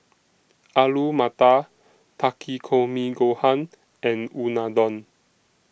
Alu Matar Takikomi Gohan and Unadon